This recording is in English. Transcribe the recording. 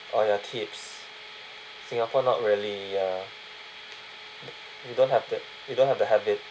oh ya tips singapore not really ya we don't have to we don't have the habit